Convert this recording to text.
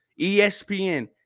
espn